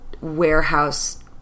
warehouse